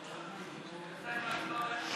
יונה ואיל בן ראובן לסעיף 1 לא נתקבלה.